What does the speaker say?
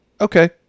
okay